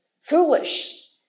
Foolish